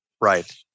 Right